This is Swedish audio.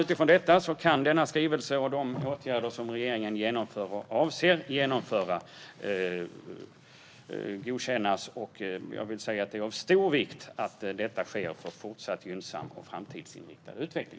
Utifrån allt detta kan skrivelsen och de åtgärder som regeringen genomför och avser att genomföra godkännas. Det är av stor vikt att detta sker för fortsatt gynnsam och framtidsinriktad utveckling.